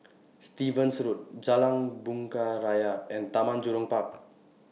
Stevens Road Jalan Bunga Raya and Taman Jurong Park